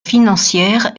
financière